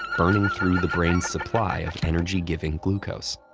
burning through the brain's supply of energy-giving glucose.